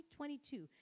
2022